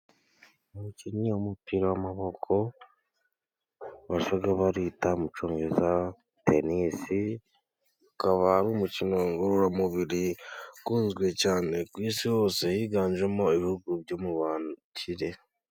Umukinnyi w'umupira w'amaboko bita Mico myiza Denis. Akaba ari umukino ngororamubiri ukunzwe cyane ku isi hose higanjemo ibihugu byo mu bakire.